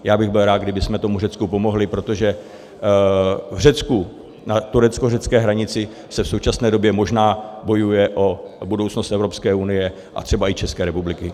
Já bych byl rád, kdybychom tomu Řecku pomohli, protože v Řecku, na tureckořecké hranici, se v současné době možná bojuje o budoucnost Evropské unie a třeba i České republiky.